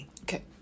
okay